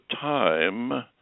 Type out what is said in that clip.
time